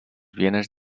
bienes